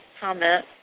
comment